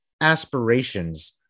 aspirations